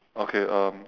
okay um